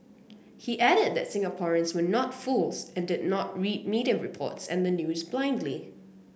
he added that Singaporeans were not fools and did not read media reports and the news blindly